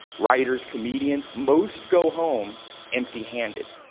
writers, comedians. most go home empty-handed.